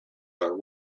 are